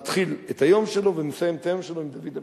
מתחיל את היום שלו ומסיים את היום שלו עם דוד המלך.